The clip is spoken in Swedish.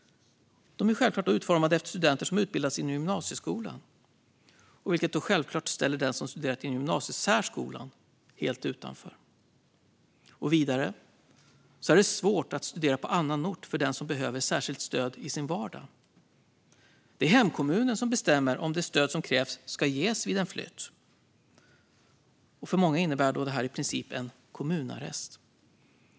De är självklart utformade efter studenter som utbildats inom gymnasieskolan, vilket självklart ställer den som studerat inom gymnasiesärskolan helt utanför. Vidare är det svårt att studera på annan ort för den som behöver särskilt stöd i sin vardag. Det är hemkommunen som bestämmer om det stöd som krävs ska ges vid en flytt. För många innebär detta i princip en kommunarrest.